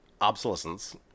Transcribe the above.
obsolescence